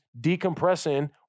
decompressing